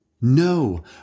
No